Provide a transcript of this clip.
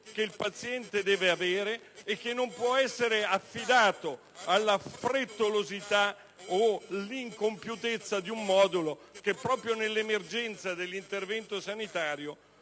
che il paziente deve avere e che non può essere affidato alla frettolosità o all'incompiutezza di un modulo che, proprio nell'emergenza dell'intervento sanitario,